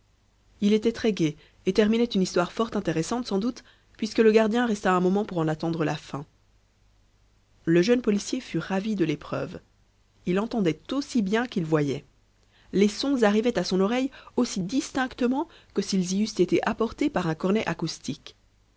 il était très-gai et terminait une histoire fort intéressante sans doute puisque le gardien resta un moment pour en attendre la fin le jeune policier fut ravi de l'épreuve il entendait aussi bien qu'il voyait les sons arrivaient à son oreille aussi distinctement que s'il y eussent été apportés par un cornet acoustique